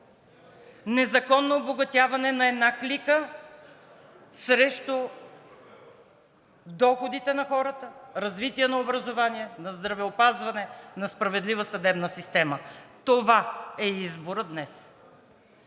незаконно обогатяване на една клика срещу доходите на хората, развитие на образование, на здравеопазване на справедлива съдебна система. Това е изборът днес.